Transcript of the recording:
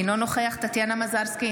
אינו נוכח טטיאנה מזרסקי,